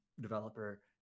developer